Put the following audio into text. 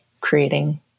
creating